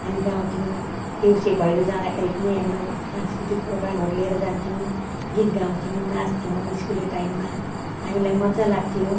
हामी गाउथ्यौँ देउसे भैलो जाँदाखेरि पनि हाम्र सांस्कृतिक प्रोग्रामहरू लिएर जान्थ्यौँ गीत गाउथ्यौँ नाच्थ्यौँ स्कुले टाइममा हामीलाई मजा लाग्थ्यो